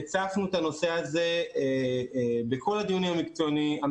הצפנו את הנושא הזה בכל הדיונים המקצועיים